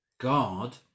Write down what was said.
God